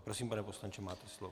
Prosím, pane poslanče, máte slovo.